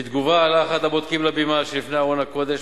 "בתגובה עלה אחד הבודקים לבימה שלפני ארון הקודש,